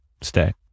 stay